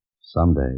Someday